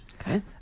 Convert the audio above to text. Okay